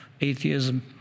atheism